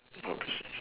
what phrase you choose